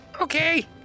Okay